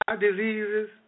diseases